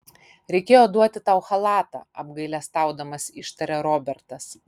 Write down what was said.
reikėjo duoti tau chalatą apgailestaudamas ištarė robertas